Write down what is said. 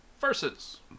Versus